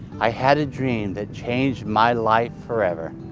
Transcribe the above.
i had a dream that changed my life forever.